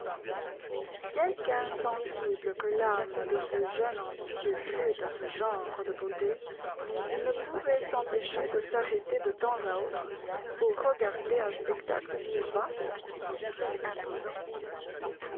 quelque insensible que l'âme de ce jeune ambitieux fût à ce genre de beauté il ne pouvait s'empêcher de s'arrêter de temps à autre pour regarder un spectacle si vaste et si imposant